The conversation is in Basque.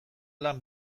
lan